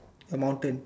your mountain